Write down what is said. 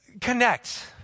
connect